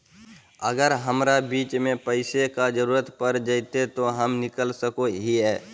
अगर हमरा बीच में पैसे का जरूरत पड़ जयते तो हम निकल सको हीये